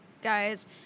guys